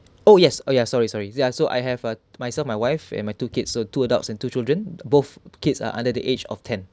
oh yes oh ya sorry sorry ya so I have a myself my wife and my two kids so two adults and two children both kids are under the age of ten